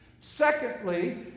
secondly